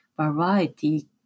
variety